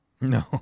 No